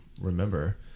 remember